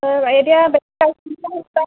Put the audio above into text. এতিয়া